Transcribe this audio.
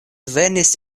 venis